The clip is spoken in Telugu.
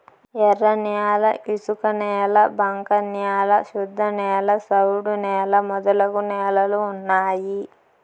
ఎర్రన్యాల ఇసుకనేల బంక న్యాల శుద్ధనేల సౌడు నేల మొదలగు నేలలు ఉన్నాయి